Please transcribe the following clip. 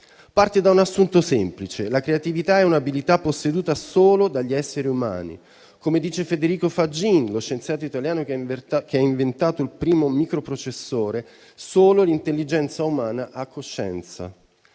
Parte da un assunto semplice: la creatività è un'abilità posseduta solo dagli esseri umani. Come dice Federico Faggin, lo scienziato italiano che ha inventato il primo microprocessore, solo l'intelligenza umana ha coscienza.